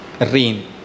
rain